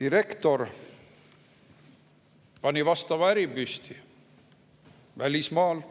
direktor, pani vastava äri püsti välismaal.